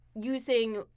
using